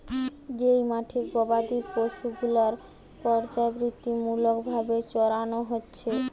যেই মাঠে গোবাদি পশু গুলার পর্যাবৃত্তিমূলক ভাবে চরানো হচ্ছে